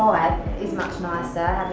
is much nicer.